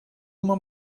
more